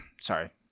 sorry